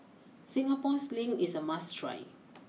Singapore sling is a must try